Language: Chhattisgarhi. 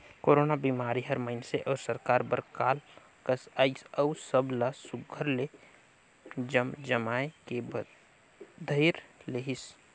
कोरोना बिमारी हर मइनसे अउ सरकार बर काल कस अइस अउ सब ला सुग्घर ले जमजमाए के धइर लेहिस